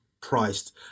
priced